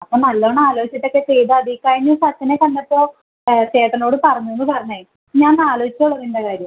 അപ്പം നല്ലോണം ആലോജിച്ചിട്ടൊക്കെ ചെയ്താൽ മതി കഴിഞ്ഞ ദിവസം അച്ഛനെ കണ്ടപ്പോൾ ചേട്ടനോട് പറഞ്ഞു എന്ന് പറഞ്ഞത് ഞാൻ ആലോജിച്ചെ ഉള്ളൂ നിൻ്റെ കാര്യം